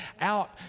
out